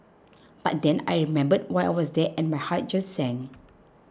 but then I remembered why I was there and my heart just sank